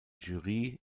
jury